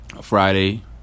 Friday